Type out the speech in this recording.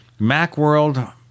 Macworld